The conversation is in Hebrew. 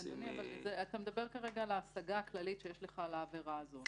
-- אבל אתה מדבר כרגע על ההשגה הכללית שיש לך על העבירה הזאת.